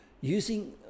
using